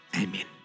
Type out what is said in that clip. amen